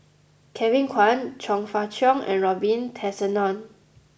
Kevin Kwan Chong Fah Cheong and Robin Tessensohn